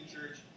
church